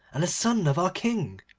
and the son of our king